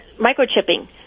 microchipping